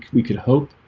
we could hope